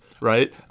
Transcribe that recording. right